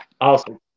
Awesome